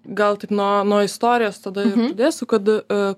gal taip nuo nuo istorijos tada ir žiūrėsiu kad